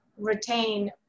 retain